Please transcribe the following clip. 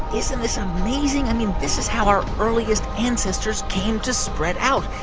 isn't this amazing? i mean, this is how our earliest ancestors came to spread out.